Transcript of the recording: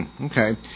Okay